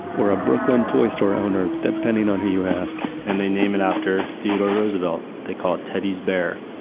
or a brooklyn toy store owner, depending on who you ask and they name it after theodore roosevelt. they call it teddy's bear.